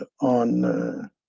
on